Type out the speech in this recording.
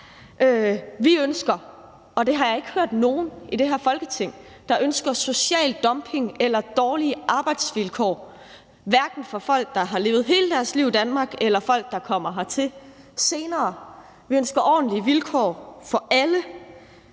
til det. Jeg har ikke hørt fra nogen i det her Folketing, der ønsker social dumping eller dårlige arbejdsvilkår, hverken for folk, der har levet hele deres liv i Danmark, eller for folk, der kommer hertil senere. Vi ønsker ordentlige vilkår for alle.